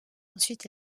ensuite